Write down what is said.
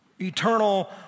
eternal